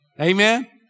Amen